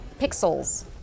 pixels